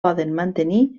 mantenir